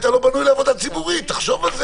בכל העולם